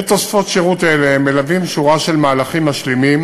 את תוספות שירות אלה מלווים שורה של מהלכים משלימים